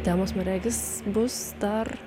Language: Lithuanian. temos man regis bus dar